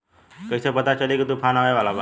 कइसे पता चली की तूफान आवा वाला बा?